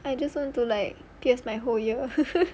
I just want to like pierce my whole ear